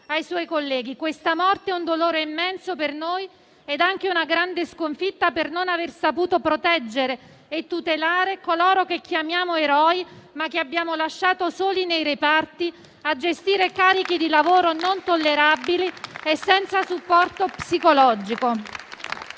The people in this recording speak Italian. ai suoi colleghi. Questa morte è un dolore immenso per noi ed anche una grande sconfitta per non aver saputo proteggere e tutelare coloro che chiamiamo eroi, ma che abbiamo lasciato soli nei reparti a gestire carichi di lavoro non tollerabili e senza supporto psicologico.